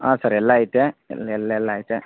ಹಾಂ ಸರ್ ಎಲ್ಲಾ ಐತೆ ಇಲ್ಲಿ ಎಲ್ಲ ಎಲ್ಲ ಐತೆ